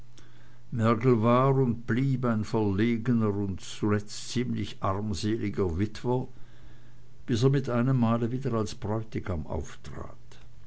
und blieb ein verlegener und zuletzt ziemlich armseliger witwer bis er mit einemmale wieder als bräutigam auftrat